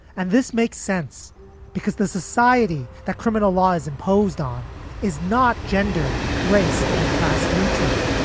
and this makes sense because the society, the criminal law is imposed on is not gender, race or class neutral.